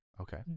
Okay